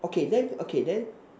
okay then okay then